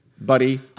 buddy